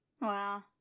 Wow